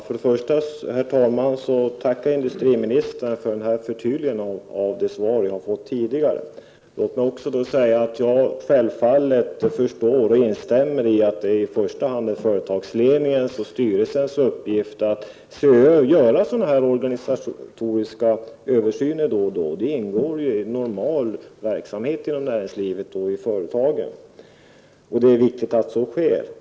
Herr talman! Jag tackar industriministern för förtydligandet av det svar jag har fått tidigare. Självfallet förstår jag och instämmer i att det i första hand är företagsledningens och styrelsens uppgift att då och då se över och göra organisatoriska översyner. Det ingår i normal verksamhet inom näringslivet och i företagen. Det är viktigt att så sker.